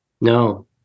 no